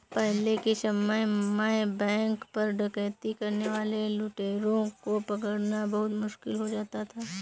पहले के समय में बैंक पर डकैती करने वाले लुटेरों को पकड़ना बहुत मुश्किल हो जाता था